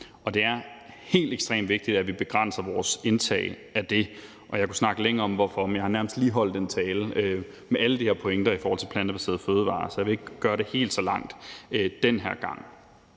Det er helt ekstremt vigtigt, at vi begrænser vores indtag af det, og jeg kunne snakke længe om hvorfor, men jeg har nærmest lige holdt en tale med alle de her pointer om plantebaserede fødevarer, så jeg vil ikke gøre det helt så langt den her gang.